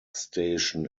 station